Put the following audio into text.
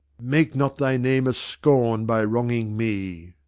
make not thy name a scorn by wronging me!